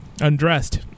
undressed